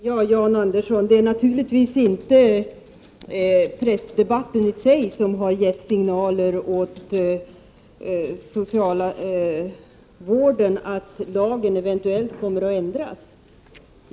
Herr talman! Det är naturligtvis inte pressdebatten i sig som har givit signaler till socialvården om att lagen eventuellt kommer att ändras.